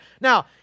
Now